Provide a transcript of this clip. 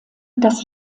das